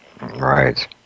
right